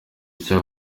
icyo